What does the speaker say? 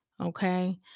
okay